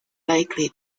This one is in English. likely